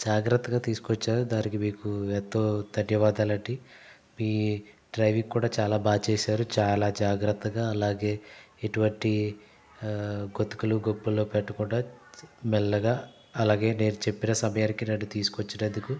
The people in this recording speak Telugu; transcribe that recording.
జాగ్రత్తగా తీసుకోచ్చారు దానికి మీకు ఎంతో ధన్యవాదాలండీ మీ డ్రైవింగ్ కూడా చాలా బాగా చేశారు చాలా జాగ్రత్తగా అలాగే ఎటువంటి గతుకులు గోప్పుల్లో పెట్టకుండా మెల్లగా అలాగే నేను చెప్పిన సమయానికి నన్ను తీసుకొచ్చినందుకు